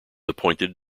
appointed